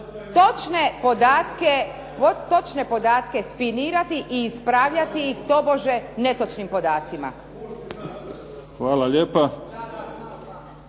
točne podatke spinirati i ispravljati ih tobože netočnim podacima. **Mimica,